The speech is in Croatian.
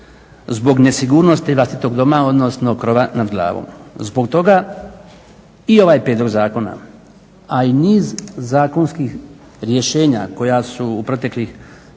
zbog nesigurnosti vlastitog doma, odnosno krova nad glavom. Zbog toga i ovaj prijedlog zakona, a i niz zakonskih rješenja koja su proteklih